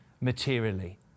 materially